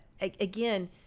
again